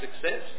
success